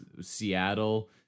seattle